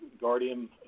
guardian